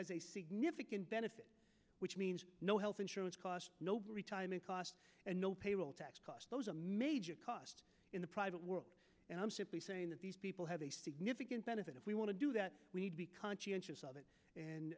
has a significant benefit which means no health insurance costs no retirement costs and no payroll tax cost those a major cost in the private world and i'm simply saying that these people have a significant benefit if we want to do that we need to be conscientious of it and